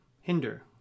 Hinder